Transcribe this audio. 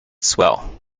swell